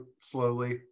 slowly